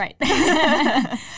Right